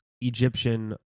Egyptian